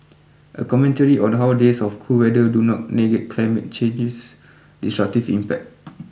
a commentary on how days of cool weather do not negate climate change's destructive impact